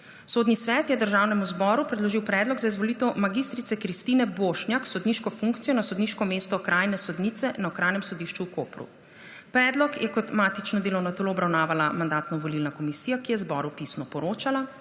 Sodni svet je Državnemu zboru predložil predlog za izvolitev mag. Kristine Bošnjak v sodniško funkcijona sodniško mesto okrajne sodnice na Okrajnem sodišču v Kopru. Predlog je kot matično delovno telo obravnavala Mandatno-volilna komisija, ki je zboru pisno poročala.